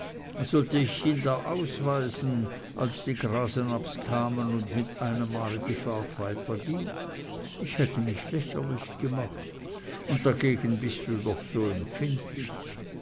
sollte ich ihn da ausweisen als die grasenabbs kamen und mit einem male die fahrt weiterging ich hätte mich lächerlich gemacht und dagegen bist du doch so empfindlich